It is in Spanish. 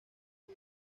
que